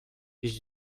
jest